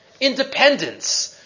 independence